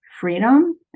freedom